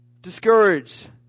discouraged